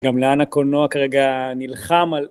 גם לאן הקולנוע כרגע נלחם על